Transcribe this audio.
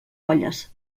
olles